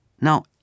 Now